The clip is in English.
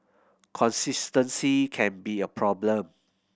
consistency can be a problem